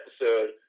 episode